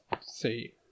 see